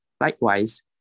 Likewise